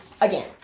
again